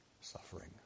Suffering